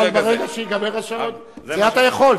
אבל ברגע שייגמר השעון, זה מה שאני אעשה.